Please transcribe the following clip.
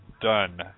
done